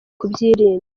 kubyirinda